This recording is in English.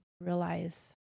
realize